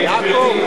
אני אוסיף